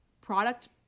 product